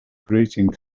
greeting